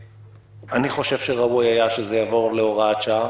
אני חושב שראוי היה שזה יעבור להוראת שעה.